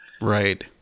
Right